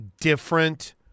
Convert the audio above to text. Different